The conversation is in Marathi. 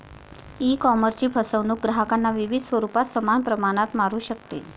ईकॉमर्सची फसवणूक ग्राहकांना विविध स्वरूपात समान प्रमाणात मारू शकते